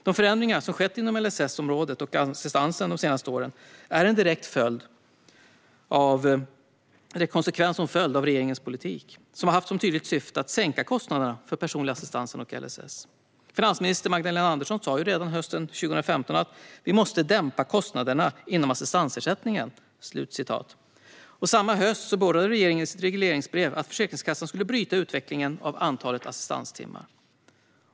De förändringar som har skett inom LSS-området och assistansen under de senaste åren är en direkt konsekvens av regeringens politik, som har haft som tydligt syfte att sänka kostnaderna för personlig assistans och LSS. Finansminister Magdalena Andersson sa redan hösten 2015 att vi måste dämpa kostnaderna inom assistansersättningen. Samma höst beordrade regeringen i sitt regleringsbrev att Försäkringskassan skulle bryta utvecklingen av antalet assistanstimmar.